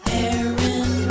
Aaron